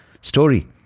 story